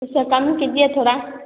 उसका कम कीजिए थोड़ा